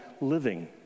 living